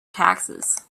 taxes